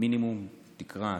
במינימום תקרא,